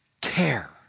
care